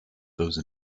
those